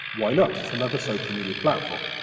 why not? it's another social media platform.